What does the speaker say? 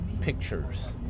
pictures